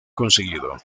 conseguido